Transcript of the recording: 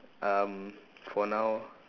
um for now